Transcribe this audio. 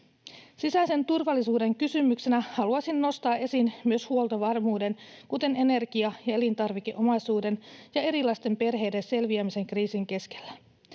Sisäisen turvallisuuden kysymyksenä haluaisin nostaa esiin myös huoltovarmuuden, kuten energia- ja elintarvikeomaisuuden, ja erilaisten perheiden selviämisen kriisin keskellä.